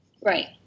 Right